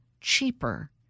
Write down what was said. cheaper